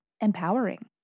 empowering